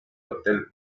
hotel